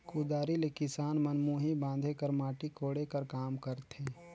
कुदारी ले किसान मन मुही बांधे कर, माटी कोड़े कर काम करथे